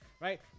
Right